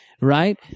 right